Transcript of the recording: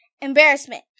Embarrassment